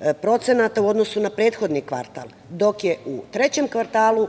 od 0,5% u odnosu na prethodni kvartal, dok je u trećem kvartalu